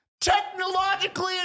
technologically